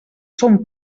són